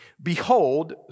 Behold